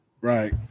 Right